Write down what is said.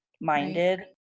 minded